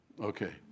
Okay